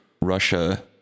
Russia